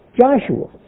Joshua